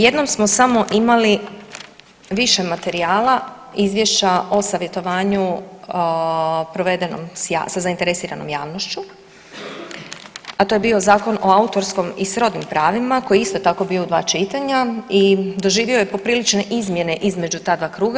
Jednom smo samo imali više materijala, izvješća o savjetovanju provedenom sa zainteresiranom javnošću, a to je bio Zakon o autorskom i srodnim pravima koji je isto tako bio u dva čitanja i doživio je poprilične izmjene između ta dva kruga.